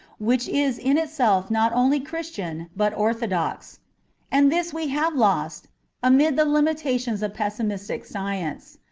which is in itself not only christian but orthodox and this we have lost amid the limitations of pessimistic science.